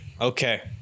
Okay